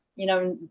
you know,